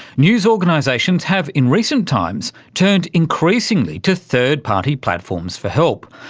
news organisations have in recent times turned increasingly to third-party platforms for help.